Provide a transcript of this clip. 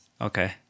Okay